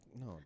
no